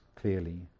clearly